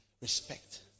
respect